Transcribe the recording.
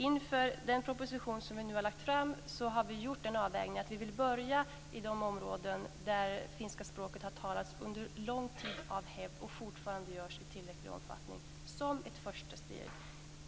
Inför den proposition som regeringen nu har lagt fram har vi gjort den avvägningen att vi vill börja i de områden där finska språket av hävd har talats under lång tid och fortfarande talas i tillräcklig omfattning som ett första steg.